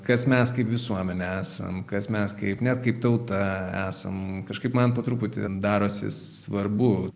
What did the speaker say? kas mes kaip visuomenė esam kas mes kaip net kaip tauta esam kažkaip man po truputį darosi svarbu